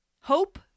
Hope